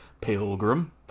Pilgrim